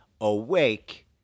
awake